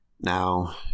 Now